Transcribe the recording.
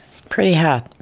pretty hard.